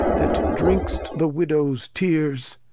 that drink'st the widows tears,